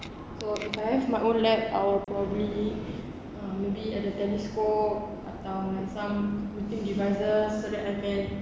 so if I have my own lab I would probably uh maybe add a telescope atau like some meeting devices so that I can